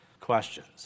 questions